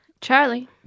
Charlie